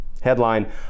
Headline